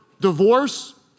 divorce